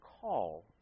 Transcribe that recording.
call